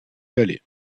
galets